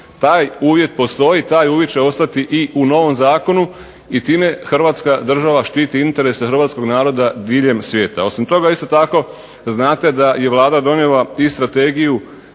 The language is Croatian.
Taj uvjet postoji, taj uvjet će ostati i u novom zakonu i time Hrvatska država štiti interese hrvatskog naroda diljem svijeta. Osim toga isto tako znate da je Vlada donijela i Strategiju